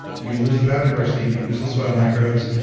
you lose the biodiversity, you lose the soil microbes,